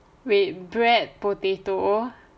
wait bread potato